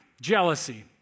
jealousy